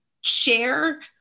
share